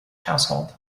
household